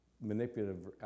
Manipulative